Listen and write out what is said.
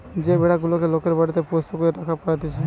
যে ভেড়া গুলেক লোকরা বাড়িতে পোষ্য করে রাখতে পারতিছে